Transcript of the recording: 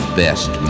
best